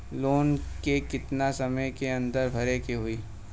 Loan के कितना समय के अंदर भरे के होई?